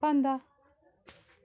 پنٛداہ